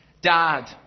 Dad